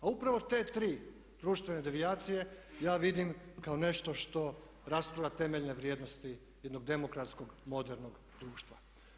A upravo te tri društvene devijacije ja vidim kao nešto što rastura temeljne vrijednosti jednog demokratskog modernog društva.